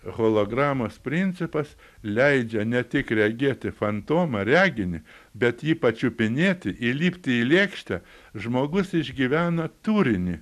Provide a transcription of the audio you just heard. hologramos principas leidžia ne tik regėti fantomą reginį bet jį pačiupinėti įlipti į lėkštę žmogus išgyvena turinį